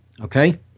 okay